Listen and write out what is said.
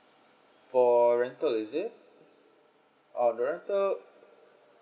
for rental is it uh the rental